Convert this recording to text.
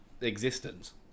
existence